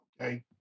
okay